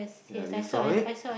ya do you saw it